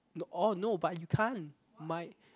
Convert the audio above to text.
no oh no but you can't my